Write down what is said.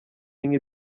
y’inka